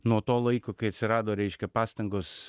nuo to laiko kai atsirado reiškia pastangos